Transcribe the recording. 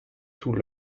sous